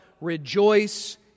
rejoice